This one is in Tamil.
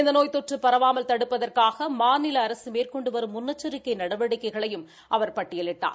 இந்த நோய் தொற்று பரவமல் தடுப்பதற்காக மாநில அரசு மேற்கொண்டு வரும் முன்னெச்சரிக்கை நடவடிக்கைகளையும் அவர் பட்டியலிட்டார்